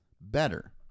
better